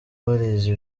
warize